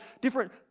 different